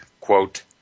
quote